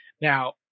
Now